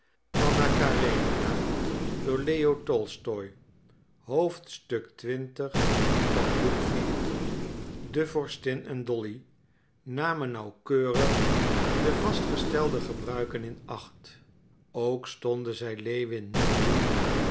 de vorstin en dolly namen nauwkeurig de vastgestelde gebruiken in acht ook stonden zij lewin niet toe